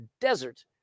desert